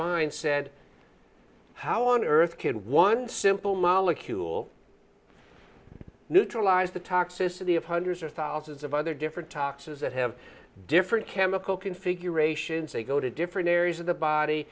mind said how on earth can one simple molecule neutralize the toxicity of hundreds or thousands of other different toxins that have different chemical configurations they go to different areas of the body